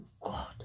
God